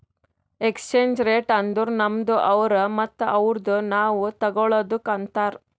exchange rate ಅಂದುರ್ ನಮ್ದು ಅವ್ರು ಮತ್ತ ಅವ್ರುದು ನಾವ್ ತಗೊಳದುಕ್ ಅಂತಾರ್